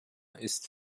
ist